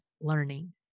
learning